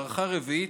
הארכה רביעית,